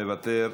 מוותר,